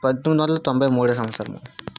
పందొమ్మిది వందల తొంభై మూడో సంవత్సరము